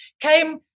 came